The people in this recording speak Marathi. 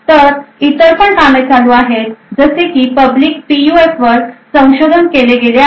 तर इतर पण कामे चालू आहेत जसे की पब्लिक पीयूएफ वर संशोधन केले गेले आहे